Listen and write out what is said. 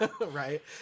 Right